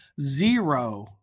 zero